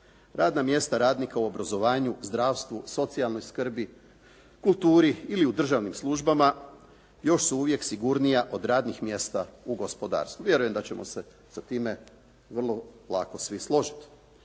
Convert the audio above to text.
Radna mjesta radnika u obrazovanju, zdravstvu, socijalnoj skrbi, kulturi ili u državnim službama još su uvijek sigurnija od radnih mjesta u gospodarstvu. Vjerujem da ćemo se sa time vrlo lako svi složiti.